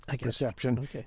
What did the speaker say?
perception